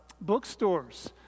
bookstores